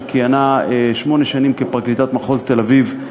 שכיהנה שמונה שנים כפרקליטת מחוז תל-אביב,